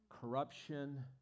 corruption